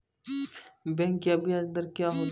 Bank का ब्याज दर क्या होता हैं?